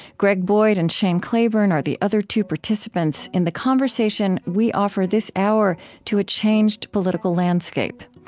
greg boyd and shane claiborne, are the other two participants in the conversation we offer this hour to a changed political landscape.